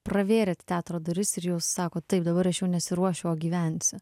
pravėrėt teatro duris ir jūs sakot taip dabar aš jau nesiruošiu o gyvensiu